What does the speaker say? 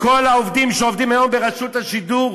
שלכל העובדים שעובדים היום ברשות השידור